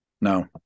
No